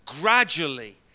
gradually